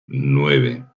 nueve